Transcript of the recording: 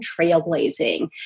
trailblazing